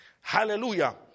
Hallelujah